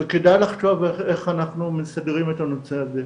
וכדאי לחשוב איך אנחנו מסדרים את הנושא הזה.